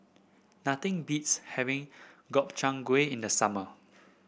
nothing beats having Gobchang Gui in the summer